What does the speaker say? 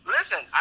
Listen